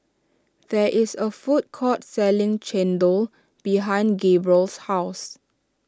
there is a food court selling Chendol behind Gabriel's house